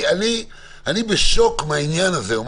אני כן באה ואומרת שאני